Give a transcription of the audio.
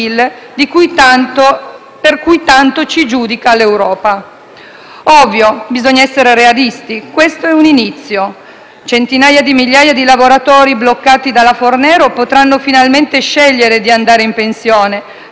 debito/PIL per cui tanto ci giudica l'Europa. È ovvio: bisogna essere realisti che questo è un inizio. Centinaia di migliaia di lavoratori bloccati dalla Fornero potranno finalmente scegliere di andare in pensione;